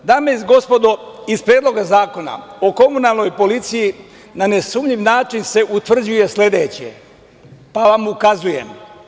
Dame i gospodo, iz Predloga zakona o komunalnoj policiji na nesumnjiv način se utvrđuje sledeće, pa vam ukazujem.